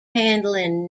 handling